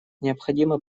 необходимо